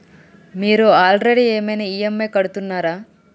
మీరు ఆల్రెడీ ఏమైనా ఈ.ఎమ్.ఐ కడుతున్నారా?